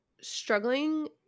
struggling